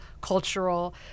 cultural